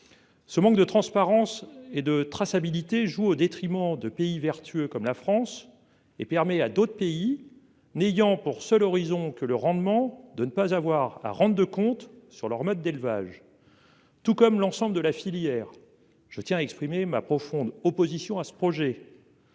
Ce manque de transparence et de traçabilité joue au détriment de pays vertueux, comme la France et permet à d'autres pays n'ayant pour seul horizon que le rendement de ne pas avoir à rendre de comptes sur leur mode d'élevage. Tout comme l'ensemble de la filière. Je tiens à exprimer ma profonde opposition à ce projet.